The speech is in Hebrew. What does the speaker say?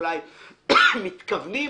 אולי מתכוונים,